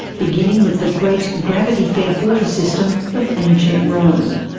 beginning with the great gravity-fed water system of ancient rome.